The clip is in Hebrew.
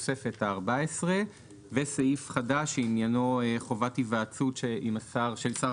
התוספת ה-14 וסעיף חדש שעניינו חובת היוועצות של שר